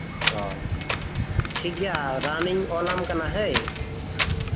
ᱚ ᱴᱷᱤᱠᱜᱮᱭᱟ ᱨᱟᱱᱤᱧ ᱚᱞᱟᱢ ᱠᱟᱱᱟ ᱦᱟᱹᱭ